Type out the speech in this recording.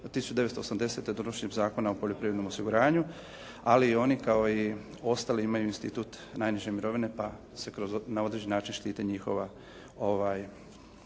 1980. donošenjem Zakona o poljoprivrednom osiguranju, ali i oni kao i ostali imaju institut najniže mirovine, pa se na određeni način štite njihova primanja.